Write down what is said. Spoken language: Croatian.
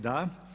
Da.